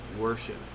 worship